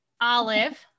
Olive